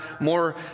more